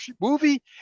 movie